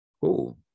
cool